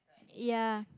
ya